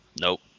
Nope